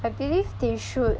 I believe they should